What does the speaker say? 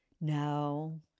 No